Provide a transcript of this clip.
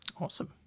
Awesome